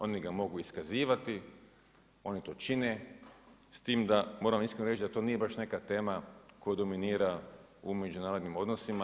Oni ga mogu iskazivati, oni to čine s tim da moram iskreno reći da to nije baš neka tema koja dominira u međunarodnim odnosima.